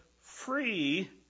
free